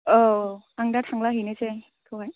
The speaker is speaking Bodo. औ आं दा थांब्ला हैनोसै बेखौहाय